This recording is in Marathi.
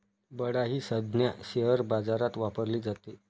बडा ही संज्ञा शेअर बाजारात वापरली जाते